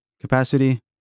Capacity